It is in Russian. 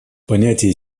понятие